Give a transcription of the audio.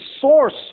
source